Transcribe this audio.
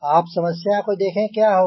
आप समस्या को देखें क्या होगा